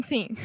Sim